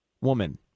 woman